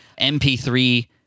MP3